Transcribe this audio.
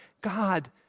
God